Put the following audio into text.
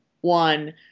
one